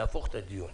נהפוך את הדיון.